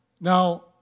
Now